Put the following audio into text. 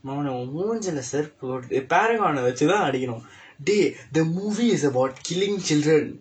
மவன உன் முகத்தில செருப்பு:mavana un mukaththila seruppu paragon வைத்து தான் அடிக்குனும்:vaiththu thaan adikkunum dey the movie is about killing children